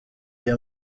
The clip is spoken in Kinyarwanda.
iyo